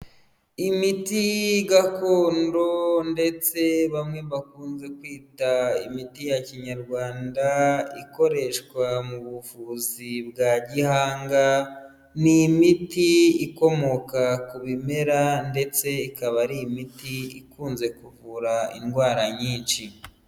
Imiti gakondo ndetse bamwe bakunze kwita imiti ya kinyarwanda ikoreshwa mu buvuzi bwa gihanga n'imiti ikomoka ku bimera ndetse ikaba ari imiti ikunze kuvura indwara nyinshi.